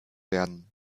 werden